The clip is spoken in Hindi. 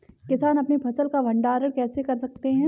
किसान अपनी फसल का भंडारण कैसे कर सकते हैं?